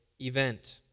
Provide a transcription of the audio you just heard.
event